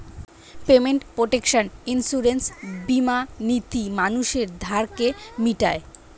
payment protection insurance বীমা নীতি মানুষের ধারকে মিটায়